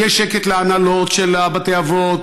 יהיה שקט להנהלות של בתי האבות,